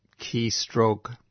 keystroke